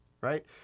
right